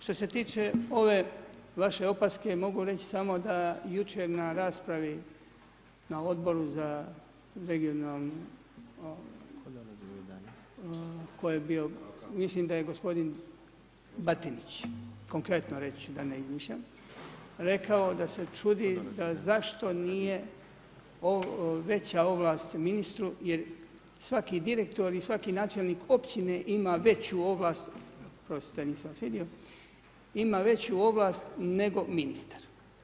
Što se tiče ove vaše opaske, mogu reći, samo da jučer na raspravi, na Odboru za regionalni, tko je bio, mislim da gospodin Batinić, konkretno reći ću da ne izmišljam, rekao da se čudi zašto nije veća ovlast ministru, jer svaki direktor i svaki načelnik općine ima veću ovlast, oprostite nisam vas vidio, ima veću ovlast nego ministar.